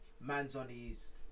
Manzoni's